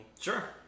Sure